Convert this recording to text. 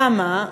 למה?